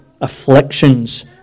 afflictions